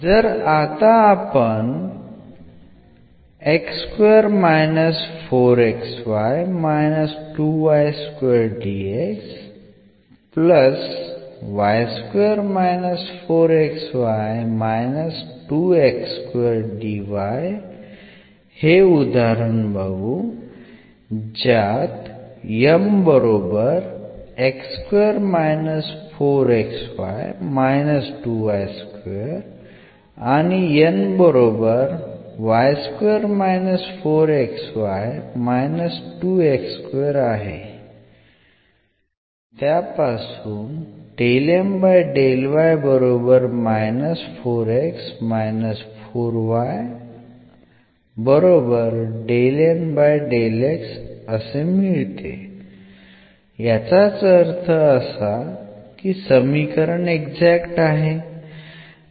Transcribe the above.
तर आता आपण हे उदाहरण बघू ज्यात समीकरण एक्झॅक्ट आहे